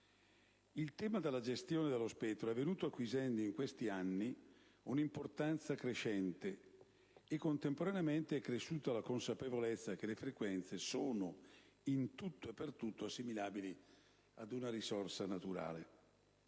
Il tema della gestione dello spettro è venuto acquisendo in questi anni un'importanza crescente e, contemporaneamente, è cresciuta la consapevolezza che le frequenze sono in tutto e per tutto assimilabili ad una risorsa naturale.